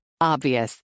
Obvious